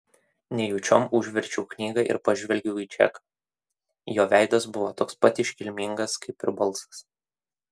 nejučiom užverčiau knygą ir pažvelgiau į džeką jo veidas buvo toks pat iškilmingas kaip ir balsas